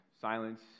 silence